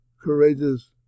courageous